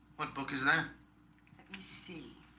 what book is that? let me see.